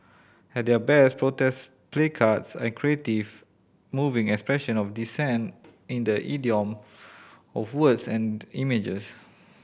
at their best protest placards are creative moving expression of dissent in the idiom of words and images